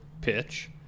pitch